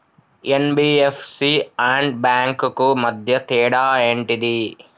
NBFC and banks కు మధ్య తేడా ఏంటిది?